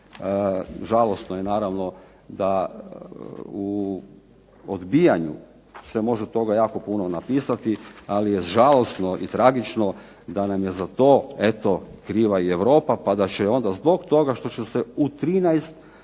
Žalosno je naravno da u odbijanju se može toga jako puno napisati ali je žalosno i tragično da nam je za to eto kriva i Europa, pa da će onda zbog toga što će se u 13